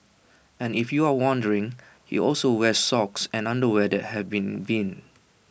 and if you're wondering he also wears socks and underwear that have been binned